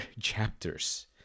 chapters